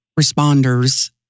responders